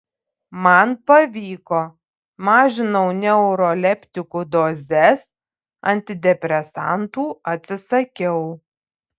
man pavyko mažinau neuroleptikų dozes antidepresantų atsisakiau